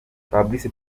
fabrice